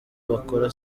bakora